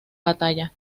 batalla